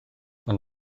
ond